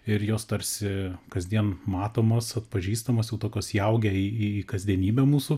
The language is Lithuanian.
ir jos tarsi kasdien matomos atpažįstamos jau tokios įaugę į į kasdienybę mūsų